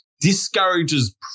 discourages